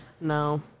No